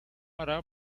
hará